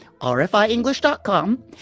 rfienglish.com